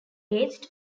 aged